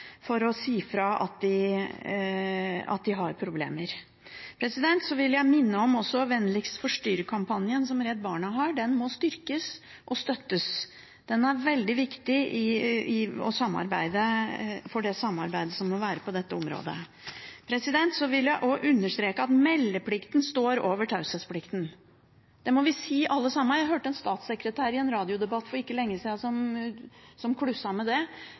for å si fra om at de har problemer. Jeg vil også minne om Vennligst forstyrr!-kampanjen, som Redd Barna har. Den må styrkes og støttes. Den er veldig viktig for det samarbeidet som må være på dette området. Jeg vil også understreke at meldeplikten står over taushetsplikten. Det må vi alle sammen si. Jeg hørte en statssekretær som klusset med det, i en radiodebatt for ikke lenge siden. Det må ikke forekomme. Men det må også være sånn at når man anmelder, må politiet ta tak i det.